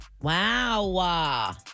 Wow